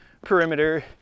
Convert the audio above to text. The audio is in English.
perimeter